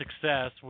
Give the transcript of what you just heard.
success